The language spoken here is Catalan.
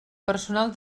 personal